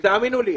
ותאמינו לי,